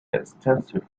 extensive